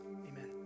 Amen